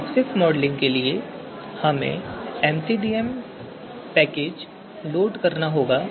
TOPSIS modelling के लिए हमें पैकेज MCDM लोड करना होगा